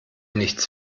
nichts